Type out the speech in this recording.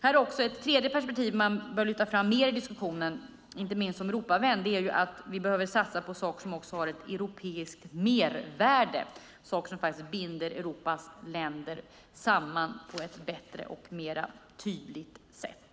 Det finns ett tredje perspektiv man mer bör lyfta fram i diskussionen, inte minst av Europavänner, och det är att vi behöver satsa på saker som har varit europeiskt mervärde och som binder Europas länder samman på ett bättre och mer tydligt sätt.